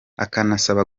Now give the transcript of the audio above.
akanasaba